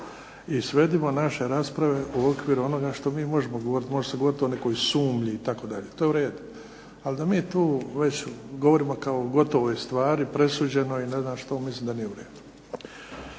i svedimo naše rasprave u okviru onoga što mi možemo govoriti. Može se govoriti o nekoj sumnji itd., to je u redu. Ali da mi tu već govorimo kao o gotovoj stvari, presuđenoj i ne znam što. Mislim da nije u redu.